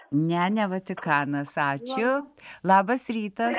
ne ne vatikanas ačiū labas rytas